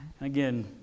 Again